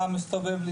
אתה מסתובב.